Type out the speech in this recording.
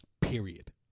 Period